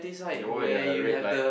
the one with the red light